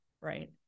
Right